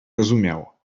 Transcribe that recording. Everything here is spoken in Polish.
rozumiał